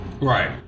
Right